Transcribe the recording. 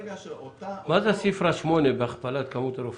מה זה סיפרה שמונה בהכפלת כמות הרופאים?